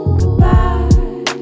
goodbye